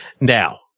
Now